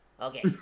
okay